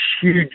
huge